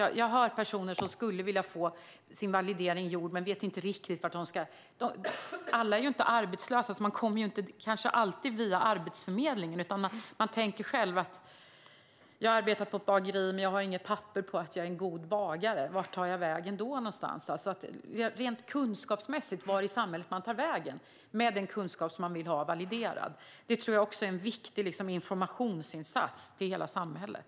Jag hör personer som skulle vilja få sin validering gjord men inte vet vart de ska vända sig. Alla är ju inte arbetslösa, så man kommer kanske inte alltid via Arbetsförmedlingen. Man tänker: Jag har arbetat på ett bageri, men jag har inget papper på att jag är en bra bagare. Vart tar jag vägen då? Frågan är vart man tar vägen i samhället med den kunskap man vill ha validerad. Det tror jag är en viktig informationsinsats till hela samhället.